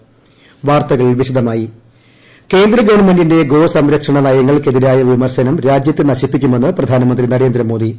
വധാനമന്ത്രി കേന്ദ്രഗവൺമെന്റിന്റെ ഗോസംരക്ഷണ നയങ്ങൾക്കെതിരായ വിമർശനം രാജ്യത്തെ നശിപ്പിക്കുമെന്ന് പ്രധാനമന്ത്രി നരേന്ദ്രമോദി